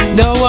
no